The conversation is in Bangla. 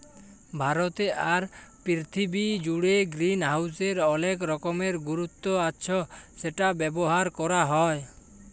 ভারতে আর পীরথিবী জুড়ে গ্রিনহাউসের অলেক রকমের গুরুত্ব আচ্ছ সেটা ব্যবহার ক্যরা হ্যয়